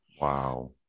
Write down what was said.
wow